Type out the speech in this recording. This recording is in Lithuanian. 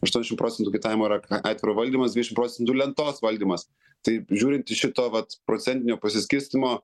aštuoniasdešim procentų kaitavimo yra aitavro valdymas dvidešim procentų lentos valdymas tai žiūrint iš šito vat procentinio pasiskirstymo